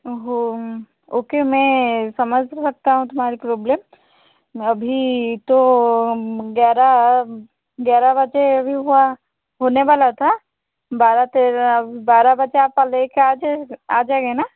ओहो ओके मैं समझ सकती हूँ तुम्हारी प्रॉब्लम अभी तो ग्यारह ग्यारह बजे अभी हुआ होने वाला था बारह तेराह बारह बजे आपका ले कर आ जाए आ जाएगा ना